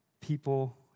people